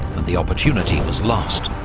and the opportunity was lost.